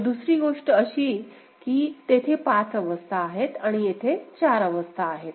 तर दुसरी गोष्ट अशी की तेथे 5 अवस्था आहेत आणि येथे चार अवस्था आहेत